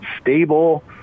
stable